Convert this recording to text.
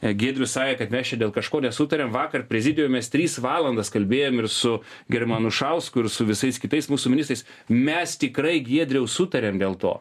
e giedrius sakė kad mes čia dėl kažko nesutariam vakar prezidiume mes tris valandos kalbėjom ir su gerimu anušausku ir su visais kitais mūsų ministrais mes tikrai giedriau sutarėm dėl to